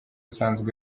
usanzwe